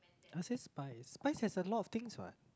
I'll say Spize Spize have a lot of things what